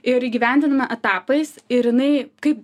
ir įgyvendiname etapais ir jinai kaip